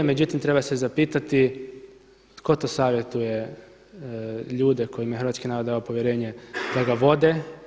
Međutim, treba se zapitati tko to savjetuje ljude kojima je hrvatski narod dao povjerenje da ga vode?